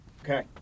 Okay